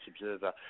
observer